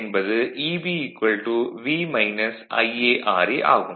என்பது Eb V Iara ஆகும்